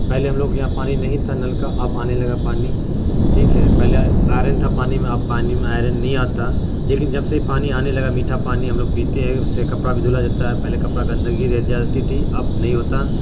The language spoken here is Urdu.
پہلے ہم لوگ کے یہاں پانی نہیں تھا نل کا اب آنے لگا پانی ٹھیک ہے پہلے آئرن تھا پانی میں اب پانی میں آئرن نہیں آتا لیکن جب سے پانی آنے لگا میٹھا پانی ہم لوگ پیتے ہیں اس سے کپڑا بھی دھلا جاتا ہے پہلے کپڑا گندگی رہ جاتی تھی اب نہیں ہوتا